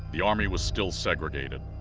the army was still segregated.